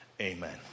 amen